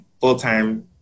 full-time